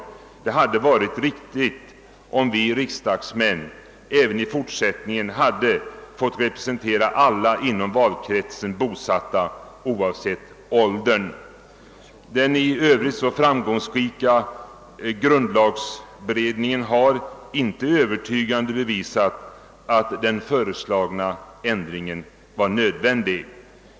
Det hade varit riktigt, om vi riksdagsmän även i fortsättningen hade fått representera alla inom valkretsen bosatta, oavsett åldern. Den i övrigt så framgångsrika grundlagberedningen har inte övertygande bevisat att den föreslagna ändringen var nödvändig.